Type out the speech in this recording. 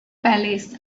palace